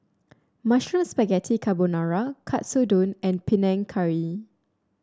Mushroom Spaghetti Carbonara Katsudon and Panang Curry